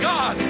God